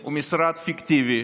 הוא משרד פיקטיבי